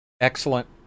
Excellent